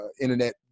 Internet